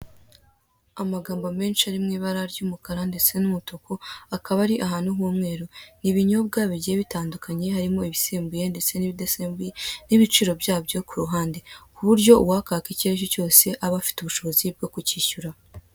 Amagambo menshi ari mu ibara ry'umukara ndetse n'umutuku, akaba ari ahantu h'umweru n'ibinyobwa bigiye bitandukanye, harimo ibisembuye ndetse n'ibidasembu n'ibiciro byabyo ku ruhande, ku buryo uwakaka icyo aricyo cyose aba afite ubushobozi bwo kukishyura.